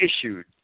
issued